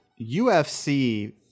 ufc